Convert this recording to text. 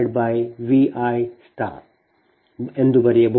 ಬರೆಯಬಹುದು